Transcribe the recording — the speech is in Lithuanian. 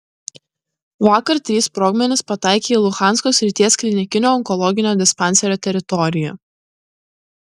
vakar trys sprogmenys pataikė į luhansko srities klinikinio onkologinio dispanserio teritoriją